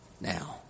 now